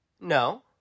No